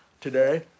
today